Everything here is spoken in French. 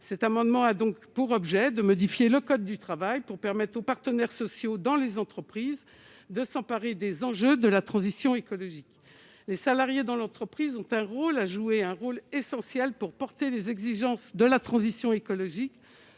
cet amendement a donc pour objet de modifier le code du travail pour permettre aux partenaires sociaux dans les entreprises de s'emparer des enjeux de la transition écologique, les salariés dans l'entreprise, ont un rôle à jouer un rôle essentiel pour porter les exigences de la transition écologique